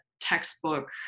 textbook